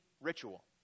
ritual